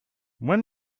when